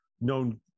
known